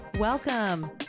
Welcome